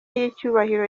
y’icyubahiro